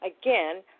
again